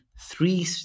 three